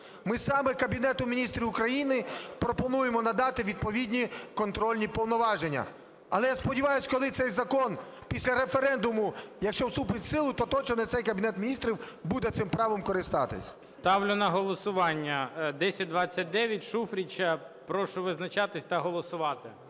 ми саме Кабінету Міністрів України пропонуємо надати відповідні контрольні повноваження. Але, я сподіваюсь, коли цей закон після референдуму, якщо вступить в силу, то точно не цей Кабінет Міністрів буде цим правом користатись. ГОЛОВУЮЧИЙ. Ставлю на голосування 1029 Шуфрича. Прошу визначатись та голосувати.